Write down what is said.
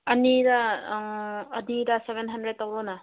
ꯑꯅꯤꯗ ꯑꯅꯤꯗ seven hundred ꯇꯧꯔꯣꯅ